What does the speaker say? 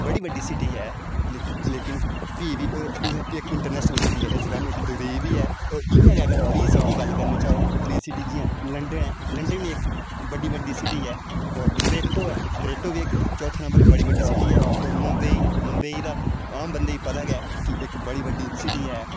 बड़ी बड्डी सिटी ऐ लेकिन फ्ही बी इक इंटरनेशनल सिटी ऐ दुबई बी ऐ इ'यां गै त्री सिटी दी गल्ल करनां चांह त्री सिटी जि'यां लंडन ऐ लंडन इक बड़ी बड्डी सिटी ऐ होर ट्रैंटो ऐ ट्रैंटो बी चौथे नम्बर इक बड़ी बड्डी सिटी ऐ होर मुंबई मुंबई दा आम बंदे गी पता गै कि इक बड़ी बड्डी सिटी ऐ